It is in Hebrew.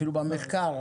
אפילו במחקר,